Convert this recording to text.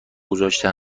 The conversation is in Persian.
گذاشته